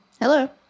Hello